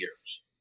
years